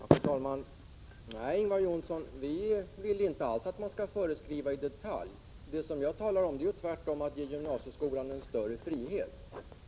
Fru talman! Nej, Ingvar Johnsson, vi vill inte alls att man skall föreskriva i detalj. Det jag talar om är tvärtom att man skall ge gymnasieskolan en större frihet.